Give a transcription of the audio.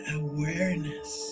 awareness